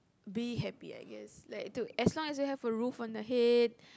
be happy I guess like to as long as you have a roof on your head